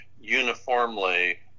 uniformly